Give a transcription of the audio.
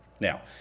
Now